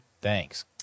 thanks